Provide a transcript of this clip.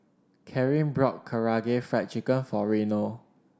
Karyn bought Karaage Fried Chicken for Reno